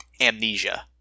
amnesia